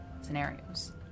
scenarios